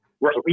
Right